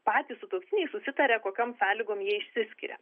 patys sutuoktiniai susitaria kokiom sąlygom jie išsiskiria